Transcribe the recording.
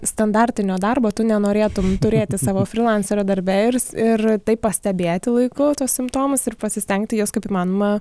standartinio darbo tu nenorėtum turėti savo frylancerio darbe ir ir tai pastebėti laiku tuos simptomus ir pasistengti juos kaip įmanoma